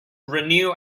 renew